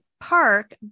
park